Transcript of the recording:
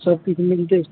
सब किछु मिलतै